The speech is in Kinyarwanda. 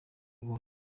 wose